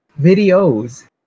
Videos